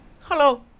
Hello